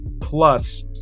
plus